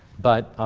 but